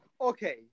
Okay